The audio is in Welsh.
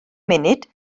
munud